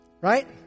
Right